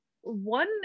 one